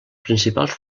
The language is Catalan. principals